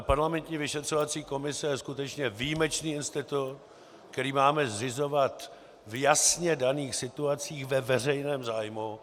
Parlamentní vyšetřovací komise je skutečně výjimečný institut, který máme zřizovat v jasně daných situacích ve veřejném zájmu.